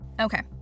Okay